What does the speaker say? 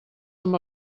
amb